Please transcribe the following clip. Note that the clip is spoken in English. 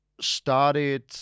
started